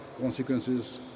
consequences